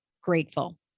Grateful